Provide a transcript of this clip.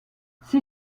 ces